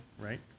right